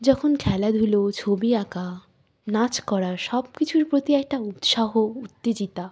যখন খেলাধুলো ছবি আঁকা নাচ করা সব কিছুর প্রতি একটা উৎসাহ উত্তেজিত